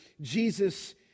Jesus